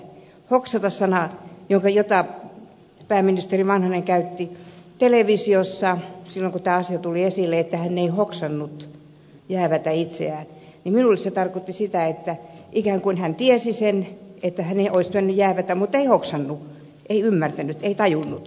hoksata sana jota pääministeri vanhanen käytti televisiossa silloin kun tämä asia tuli esille että hän ei hoksannut jäävätä itseään minulle tarkoittaa sitä että hän ikään kuin tiesi sen että hänen olisi pitänyt jäävätä mutta ei hoksannut ei ymmärtänyt ei tajunnut